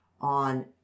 on